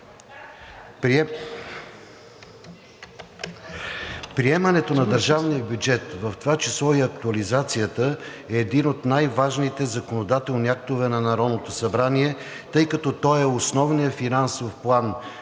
Приемането на държавния бюджет, в това число и актуализацията, е един от най-важните законодателни актове на Народното събрани, тъй като той е основният финансов план